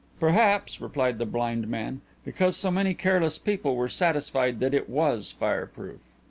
perhaps, replied the blind man, because so many careless people were satisfied that it was fireproof.